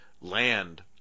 land